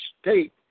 state